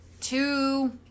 two